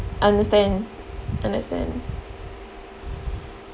understand understand